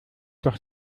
doch